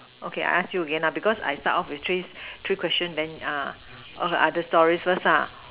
okay I ask you again ah because I start off with three three questions then uh all the other stories first lah